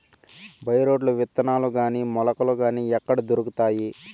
By రోడ్లు విత్తనాలు గాని మొలకలు గాని ఎక్కడ దొరుకుతాయి?